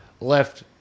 left